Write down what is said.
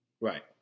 Right